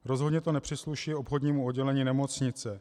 Rozhodně to nepřísluší obchodnímu oddělení nemocnice.